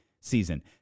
season